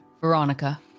Veronica